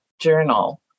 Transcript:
journal